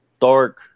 Dark